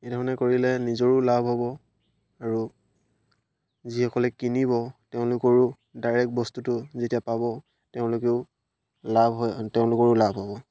এইধৰণে কৰিলে নিজৰো লাভ হ'ব আৰু যিসকলে কিনিব তেওঁলোকৰো ডাইৰেক্ট বস্তুটো যেতিয়া পাব তেওঁলোকেও লাভ হয় তেওঁলোকৰো লাভ হ'ব